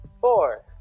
Four